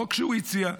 חוק שהוא הציע.